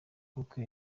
nkuko